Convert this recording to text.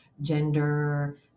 gender